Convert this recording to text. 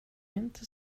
inte